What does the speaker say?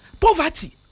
Poverty